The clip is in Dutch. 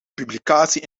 publicatie